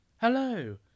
Hello